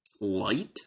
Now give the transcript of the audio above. light